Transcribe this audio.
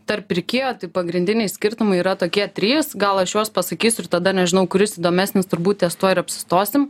tarp pirkėjų tai pagrindiniai skirtumai yra tokie trys gal aš juos pasakysiu ir tada nežinau kuris įdomesnis turbūt ties tuo ir apsistosim